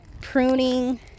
pruning